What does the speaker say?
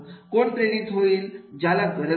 कोण प्रेरित होईल ज्याला गरज आहे